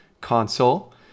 console